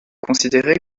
considéré